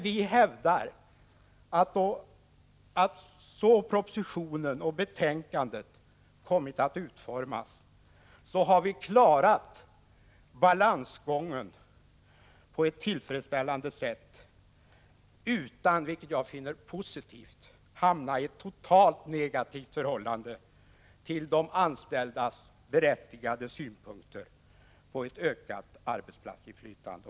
Vi hävdar att så som propositionen och betänkandet kommit att utformas har vi klarat balansgången på ett tillfredsställande sätt utan att — vilket jag finner positivt — hamna i ett totalt negativt förhållande till de anställdas berättigade synpunkter på ett ökat arbetsplatsinflytande.